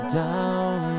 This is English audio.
down